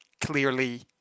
clearly